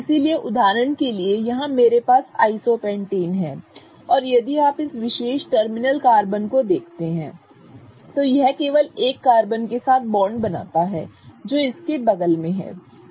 इसलिए उदाहरण के लिए यहां मेरे पास आइसोपेंटेन है और यदि आप इस विशेष टर्मिनल कार्बन को देखते हैं तो यह केवल एक कार्बन के साथ बॉन्ड बनाता है जो इसके बगल में है